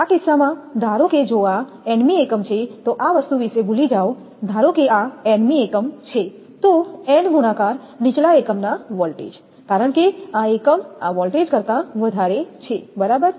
આ કિસ્સામાં ધારો કે જો આ n મી એકમ છે તો આ વસ્તુ વિશે ભૂલી જાઓ ધારો કે આ n મી એકમ છે તો n ગુણાકાર નીચલા એકમના વોલ્ટેજ કારણ કે આ એકમ આ વોલ્ટેજ કરતા વધારે છે બરાબર